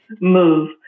move